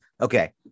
okay